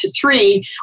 three